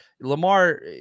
Lamar